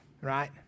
right